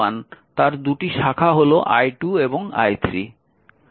তার দুটি শাখা হল i2 এবং i3